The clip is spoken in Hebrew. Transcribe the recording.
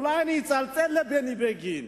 אולי אני אצלצל לבני בגין,